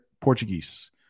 portuguese